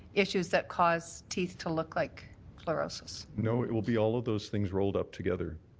issues that cause teeth to look like fluorosis? no. it will be all of those things rolled up together.